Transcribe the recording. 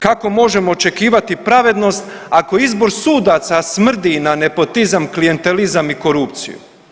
Kako možemo očekivati pravednost, ako izbor sudaca smrdi na nepotizam, klijentelizam i korupciju?